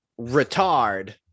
retard